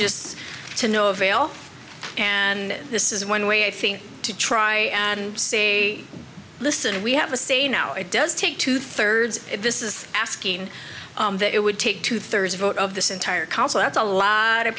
just to no avail and this is one way i think to try and say listen we have a say now it does take two thirds this is asking that it would take two thirds vote of this entire council that's a lot of